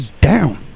down